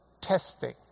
testing